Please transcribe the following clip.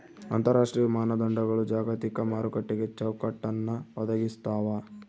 ಅಂತರರಾಷ್ಟ್ರೀಯ ಮಾನದಂಡಗಳು ಜಾಗತಿಕ ಮಾರುಕಟ್ಟೆಗೆ ಚೌಕಟ್ಟನ್ನ ಒದಗಿಸ್ತಾವ